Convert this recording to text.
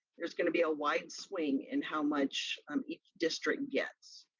there's gonna be a wide swing in how much um each district gets.